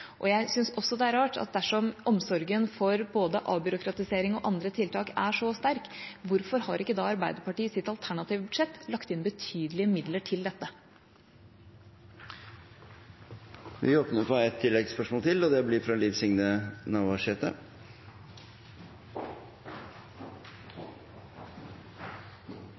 Jeg syns også det er rart at dersom omsorgen for både avbyråkratisering og andre tiltak er så sterk, hvorfor har ikke Arbeiderpartiet i sitt alternative budsjett lagt inn betydelige midler til dette? Liv Signe Navarsete – til